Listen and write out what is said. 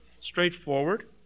straightforward